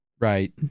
Right